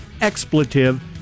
Expletive